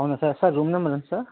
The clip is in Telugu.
అవును సార్ సార్ రూమ్ నంబర్ ఎంత సార్